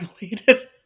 related